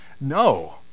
no